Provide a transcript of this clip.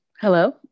Hello